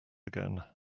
again